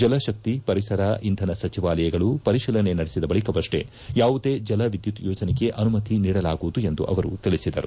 ಜಲ ಶಕ್ತಿ ಪರಿಸರ ಇಂಧನ ಸಚಿವಾಲಯಗಳು ಪರಿಶೀಲನೆ ನಡೆಸಿದ ಬಳಿಕವಷ್ಷೇ ಯಾವುದೇ ಜಲ ವಿದ್ಯುತ್ ಯೋಜನೆಗೆ ಅನುಮತಿ ನೀಡಲಾಗುವುದು ಎಂದು ಅವರು ತಿಳಿಸಿದರು